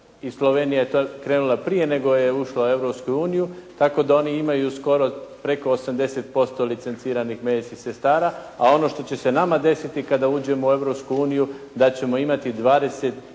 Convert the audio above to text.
i Slovenija je to krenula prije nego što je ušla u Europsku uniju tako da oni imaju skoro preko 80% licenciranih medicinskih sestara, a ono što će se nama desiti kada uđemo u Europsku uniju da ćemo imati 25